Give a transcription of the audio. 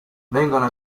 vengono